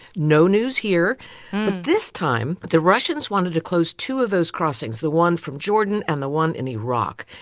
no news here. but this time the russians wanted to close two of those crossings, the ones from jordan and the one in iraq.